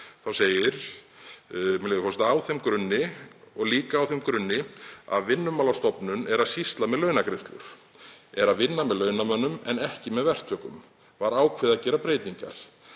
löggjöfina, með leyfi forseta: „Á þeim grunni og líka á þeim grunni að Vinnumálastofnun er að sýsla með launagreiðslur, er að vinna með launamönnum en ekki með verktökum, var ákveðið að gera breytingar,